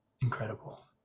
incredible